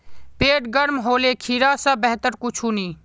पेट गर्म होले खीरा स बेहतर कुछू नी